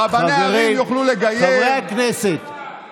רבני ערים יוכלו לגייר, תמחק את העטרה.